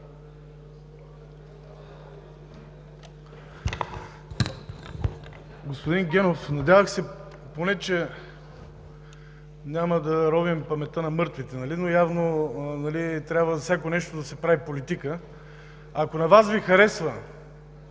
Ако на Вас Ви харесва